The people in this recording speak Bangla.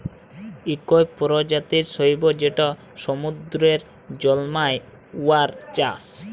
ইক পরজাতির শৈবাল যেট সমুদ্দুরে জল্মায়, উয়ার চাষ